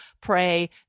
pray